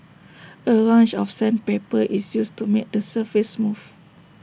A range of sandpaper is used to make the surface smooth